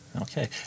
okay